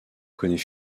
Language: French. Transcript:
connaît